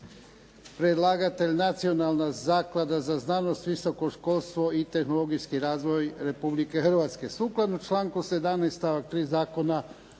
Podnositelj je Nacionalna zaklada za znanost, visoko školstvo i tehnologijski razvoj Republike hrvatske.